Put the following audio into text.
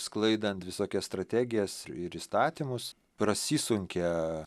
sklaidant visokias strategijas ir įstatymus prasisunkia